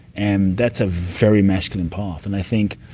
and that's a very masculine path. and i think,